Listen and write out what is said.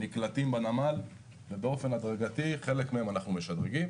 נקלטים בנמל ובאופן הדרגתי חלק מהם אנחנו משדרגים